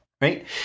right